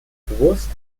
bewusst